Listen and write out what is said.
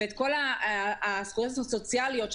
ואת כל הזכויות הסוציאליות,